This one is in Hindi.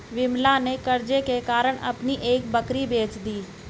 विमला ने कर्ज के कारण अपनी एक बकरी बेच दी